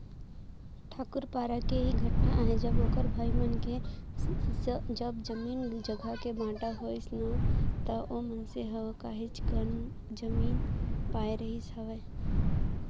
ठाकूर पारा के ही घटना आय जब ओखर भाई मन के जब जमीन जघा के बाँटा होइस त ओ मनसे ह काहेच कन जमीन पाय रहिस हावय